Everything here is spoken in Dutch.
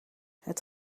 het